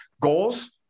Goals